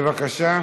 בבקשה.